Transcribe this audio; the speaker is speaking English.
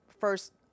first